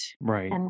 Right